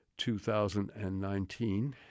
2019